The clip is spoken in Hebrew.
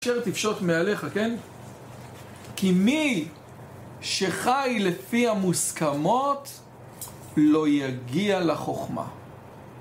אשר תפשוט מעליך, כן? כי מי שחי לפי המוסכמות לא יגיע לחוכמה.